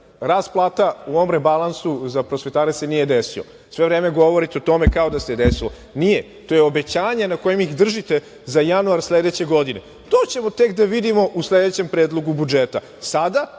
plata u ovom rebalansu za prosvetare se nije desio, a sve vreme govorite o tome kao da se desio, nije to je obećanje na kojem ih držite za januar sledeće godine. To ćemo tek da vidimo u sledećom predlogu budžeta, sada